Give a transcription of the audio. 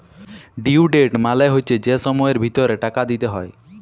due date মালে হচ্যে যে সময়ের ভিতরে টাকা দিতে হ্যয়